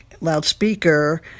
loudspeaker